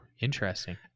Interesting